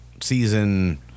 season